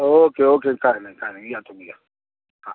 okay okay काय नाही काय नाही या तुम्ही या हां